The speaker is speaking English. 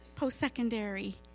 post-secondary